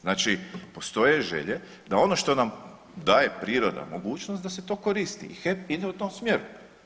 Znači postoje želje da ono što nam daje priroda mogućnost da se to koristi i HEP ide u tom smjeru.